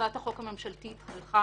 הצעת החוק הממשלתית צריכה